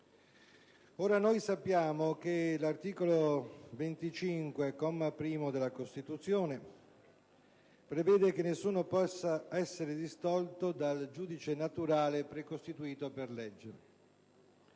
Ora, noi sappiamo che l'articolo 25, comma primo, della Costituzione prevede che nessuno possa essere distolto dal giudice naturale precostituito per legge.